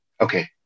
okay